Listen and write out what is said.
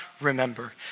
remember